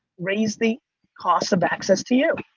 raise the cost of access to you.